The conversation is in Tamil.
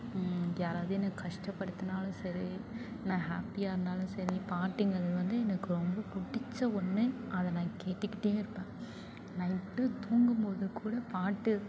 யாராவது என்னை கஷ்டப்படுத்தினாலும் சரி நான் ஹாப்பியாக இருந்தாலும் சரி பாட்டுங்கிறது வந்து எனக்கு ரொம்ப பிடிச்ச ஒன்று அதை நான் கேட்டுக்கிட்டே இருப்பேன் நைட்டு தூங்கும்போதுக்கூட பாட்டு